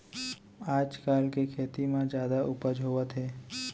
आजकाल के खेती म जादा उपज होवत हे